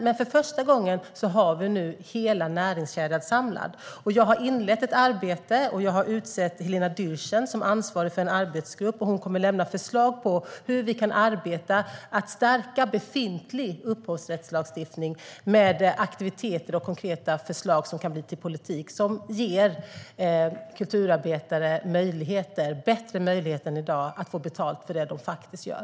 Men för första gången har vi nu hela näringskedjan samlad. Jag har inlett ett arbete och har utsett Helena Dyrssen som ansvarig för en arbetsgrupp. Hon kommer att lämna förslag på hur vi kan arbeta med att stärka befintlig upphovsrättslagstiftning med aktiviteter och konkreta förslag som kan bli till politik som ger kulturarbetare bättre möjlighet än i dag att få betalt för det de gör.